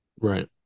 right